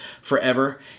forever